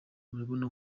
urabona